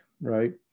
right